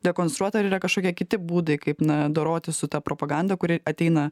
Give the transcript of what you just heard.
dekonstruot ar yra kažkokie kiti būdai kaip na dorotis su ta propaganda kuri ateina